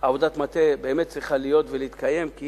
שעבודת המטה צריכה להיות ולהתקיים, כי